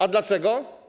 A dlaczego?